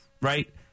right